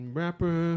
rapper